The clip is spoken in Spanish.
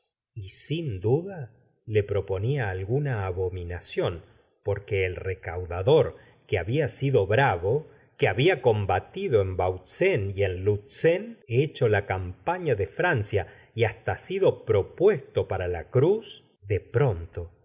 y sin duda le proponía alguna abominación porque el recaudador que babia sido bravo que había combatido en bautzen y en lutzen hecho la campaña de francia y hasta sido ptopuesto para la cruz de pronto